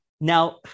Now